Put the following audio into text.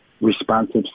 responsive